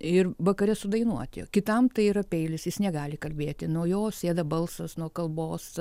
ir vakare sudainuoti o kitam tai yra peilis jis negali kalbėti nuo jo sėda balsas nuo kalbos